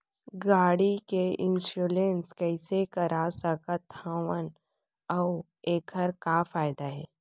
गाड़ी के इन्श्योरेन्स कइसे करा सकत हवं अऊ एखर का फायदा हे?